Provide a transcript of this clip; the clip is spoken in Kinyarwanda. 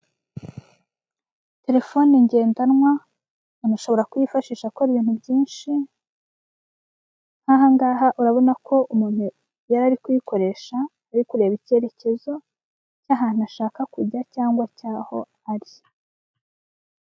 Telefoni ngendanwa umuntu ashobora kuyifashisha akora ibintu byinshi. Nk'aha ngaha, urabona ko umuntu yari ari kuyikoresha ari kureba icyerekezo cy'ahantu ashaka kujya cyangwa cy'aho ari.